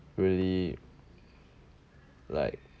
really like